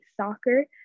soccer